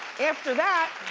after that,